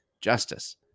justice